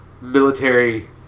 military